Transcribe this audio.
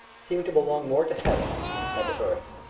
seemed to belong more to heaven than to earth.